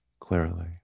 clearly